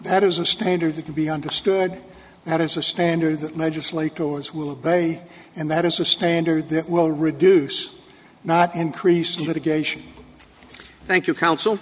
that is a standard that can be understood that is a standard that legislators will pay and that is a standard that will reduce not increase litigation thank you counsel